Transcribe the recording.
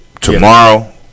tomorrow